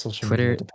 Twitter